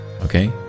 okay